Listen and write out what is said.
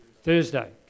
Thursday